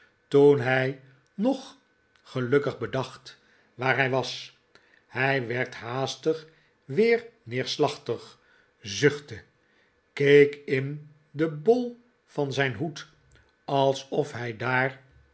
toen hij nog gelukkig bedacht waar hij was hij werd haastig weer neerslachtig zuchtte keek in den bol van zijn hoed alsof hij daar